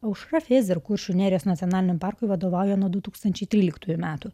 aušra fezer kuršių nerijos nacionaliniam parkui vadovauja nuo du tūkstančiai tryliktųjų metų